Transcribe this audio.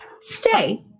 stay